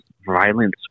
violence